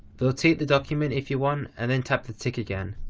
rotate the document if you want and then tap the tick again.